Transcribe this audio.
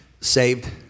saved